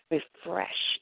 Refresh